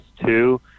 two